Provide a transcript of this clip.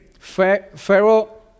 Pharaoh